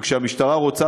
וכשהמשטרה רוצה,